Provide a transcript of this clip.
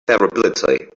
favorability